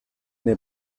nei